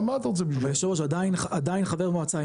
עדיין חבר מועצה,